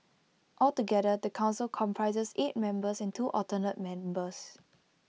altogether the Council comprises eight members and two alternate members